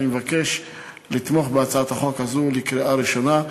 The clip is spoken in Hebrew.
לכן אני מבקש לתמוך בהצעת החוק הזאת בקריאה ראשונה,